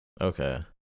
Okay